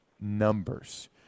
numbers